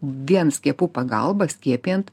vien skiepų pagalba skiepijant